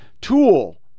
tool